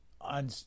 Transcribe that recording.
on